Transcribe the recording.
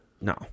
No